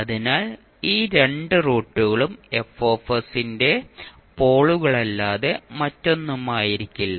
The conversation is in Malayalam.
അതിനാൽ ഈ രണ്ട് റൂട്ടുകളും F ന്റെ പോളുകളല്ലാതെ മറ്റൊന്നുമായിരിക്കില്ല